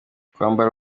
kwambara